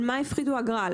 על מה הפחיתו אגרה?